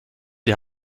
die